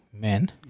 men